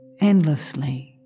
endlessly